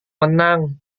menang